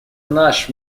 наш